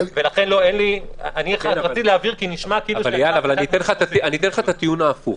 אבל אייל, אני אתן לך את הטיעון ההפוך.